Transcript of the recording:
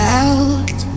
out